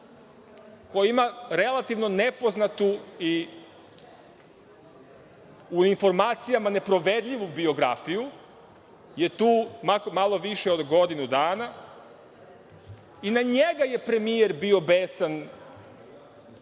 koji ima relativno nepoznatu i u informacijama neproverljivu biografiju, je tu malo više od godinu dana i na njega je premijer bio besan